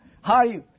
Hi